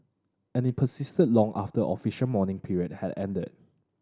and it persisted long after official mourning period had ended